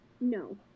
No